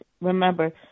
remember